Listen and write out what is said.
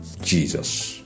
Jesus